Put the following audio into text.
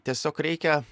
tiesiog reikia